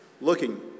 looking